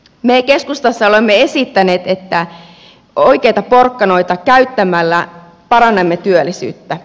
me keskustassa olemme esittäneet että oikeita porkkanoita käyttämällä parannamme työllisyyttä